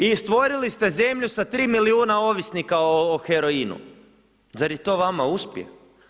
I stvorili ste zemlju s 3 milijuna ovisnika o heroinu, zar je to vama uspjeh?